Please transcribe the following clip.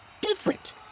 different